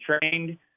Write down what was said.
trained